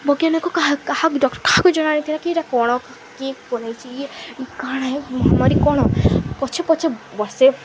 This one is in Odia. ବୈଜ୍ଞାନିକ କାହା କାହାକୁ କାହାକୁ ଜଣାନଥିଲା କି ଇଟା କ'ଣ କିଏ ବନେଇଚି ଇଏ କାଣା ଏ ମହାମାରୀ କ'ଣ ପଛେ ପଛେ ବର୍ଷେ